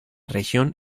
región